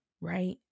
right